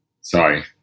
Sorry